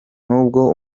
n’ubwo